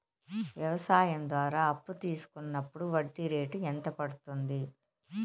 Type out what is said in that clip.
వ్యవసాయం ద్వారా అప్పు తీసుకున్నప్పుడు వడ్డీ రేటు ఎంత పడ్తుంది